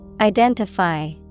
identify